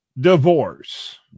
divorce